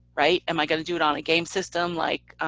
right. am i going to do it on a game system? like,